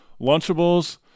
Lunchables